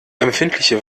empfindliche